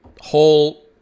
whole